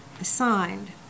assigned